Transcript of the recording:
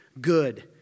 good